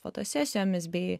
fotosesijomis bei